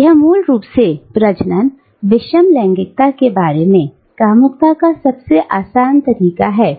यह मूल रूप से प्रजनन विषम लैंगिकता के बारे में कामुकता का सबसे सामान्य तरीका है